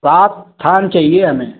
पाँच थान चाहिए हमें